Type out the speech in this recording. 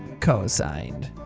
cosigned.